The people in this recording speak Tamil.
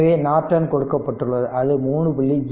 எனவே நார்டன் கொடுக்கப்பட்டுள்ளது அது 3